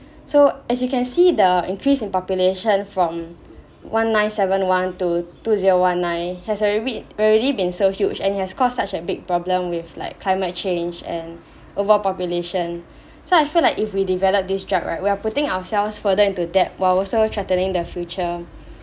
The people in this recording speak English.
so as you can see the increase in population from one nine seven one to two zero one nine has already already been so huge and it has caused such a big problem with like climate change and overpopulation so I feel like if we develop this drug right we're putting ourselves further into debt while also threatening the future